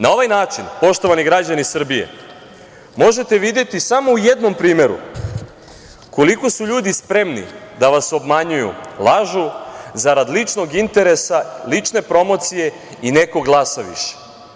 Na ovaj način, poštovani građani Srbije, možete videti samo u jednom primeru koliko su ljudi spremni da vas obmanjuju, lažu, zarad ličnog interesa, lične promocije i nekog glasa više.